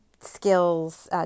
skills